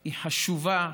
היא חשובה,